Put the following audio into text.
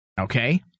okay